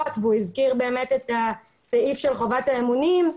והוא הזכיר את סעיף חובת האמונים.